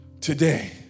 today